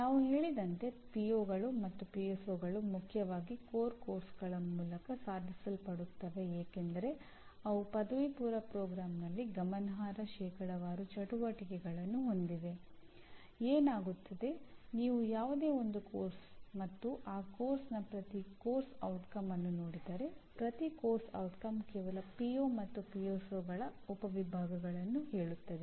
ನಾವು ಹೇಳಿದಂತೆ ಪಿಒಗಳು ಉಪವಿಭಾಗಳನ್ನು ಹೇಳುತ್ತದೆ